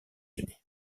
unis